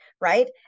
right